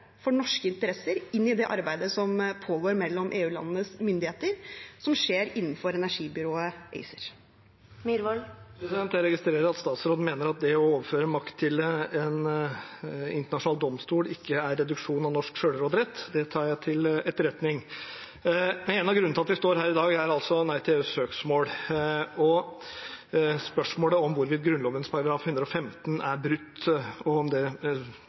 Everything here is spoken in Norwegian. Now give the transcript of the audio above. for norske interesser i det arbeidet som pågår mellom EU-landenes myndigheter, og som skjer innenfor energibyrået ACER. Jeg registrerer at statsråden mener at det å overføre makt til en internasjonal domstol ikke er reduksjon av norsk sjølråderett. Det tar jeg til etterretning. En av grunnene til at vi står her i dag, er Nei til EUs søksmål. Spørsmålet om hvorvidt Grunnloven § 15 er brutt, skal nå prøves rettslig. Kjennelsen i Høyesterett reiser spørsmål om